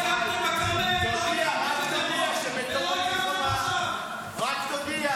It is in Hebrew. הכול קרס, כל הקונספציה, כל מערכות המדינה.